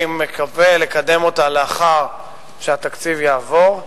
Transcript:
ואני מקווה לקדם אותה לאחר שהתקציב יעבור.